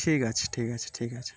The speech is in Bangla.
ঠিক আছে ঠিক আছে ঠিক আছে